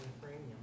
premium